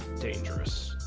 dangerous